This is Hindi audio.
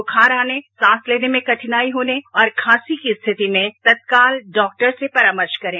बुखार आने सांस लेने में कठिनाई होने और खांसी की स्थिति में तत्काल डॉक्टर से परामर्श करें